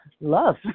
love